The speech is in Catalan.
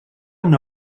una